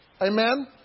Amen